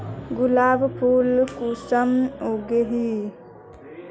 गुलाब फुल कुंसम उगाही?